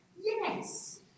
Yes